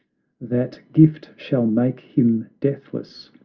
that gift shall make him deathless,